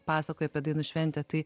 pasakojai apie dainų šventę tai